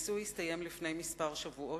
הניסוי הסתיים לפני כמה שבועות,